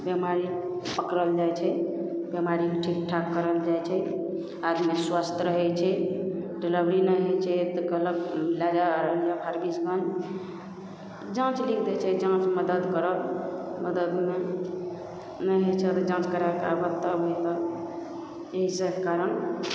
बेमारी पकड़ल जाए छै बेमारी ठीकठाक करल जाए छै आदमी स्वस्थ रहै छै तऽ डिलिवरी नहि होइ छै तऽ कहलक लै जा फारबिसगञ्ज जाँच लिखि दै छै जाँचमे मदद करऽ मददमे नहि होइ छऽ तऽ जाँच करैके आबऽ तब मिलऽ एहिसब कारण